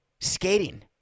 skating